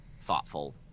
thoughtful